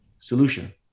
Solution